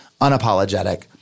unapologetic